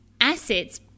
assets